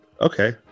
Okay